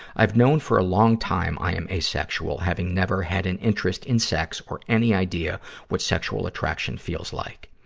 i've known for a long time i am asexual, having never had an interest in sex or any idea what sexual attraction feels like.